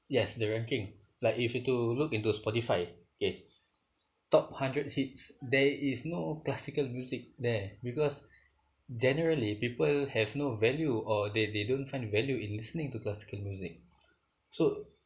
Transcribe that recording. yes the ranking like if you to look into Spotify okay top hundred hits there is no classical music there because generally people have no value or they they don't find value in listening to classical music so